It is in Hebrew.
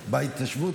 בהתיישבות,